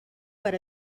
per